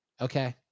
Okay